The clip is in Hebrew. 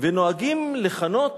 ונוהגים לכנות